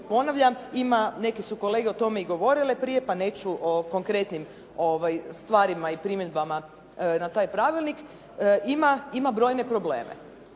ponavljam ima, neke su kolege o tome i govorile prije pa neću o konkretnim stvarima i primjedbama na taj pravilnik ima brojne probleme.